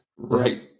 Right